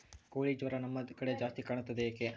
ಕೋಳಿ ಜ್ವರ ನಮ್ಮ ಕಡೆ ಜಾಸ್ತಿ ಕಾಣುತ್ತದೆ ಏಕೆ?